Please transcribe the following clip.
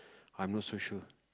I'm not so sure